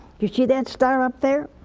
you see that star up there?